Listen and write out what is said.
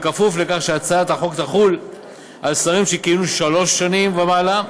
כפוף לכך שהצעת החוק תחול על שרים שכיהנו שלוש שנים ומעלה,